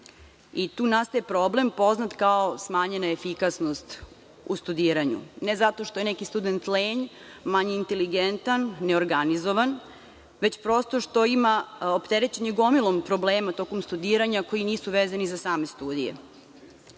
Tu nastaje problem poznat kao – smanjena efikasnost u studiranju, ne zato što je neki student lenj, manje inteligentan, neorganizovan, već prosto što je opterećen gomilom problema tokom studiranja koji nisu vezani za same studije. Navela